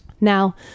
Now